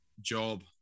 Job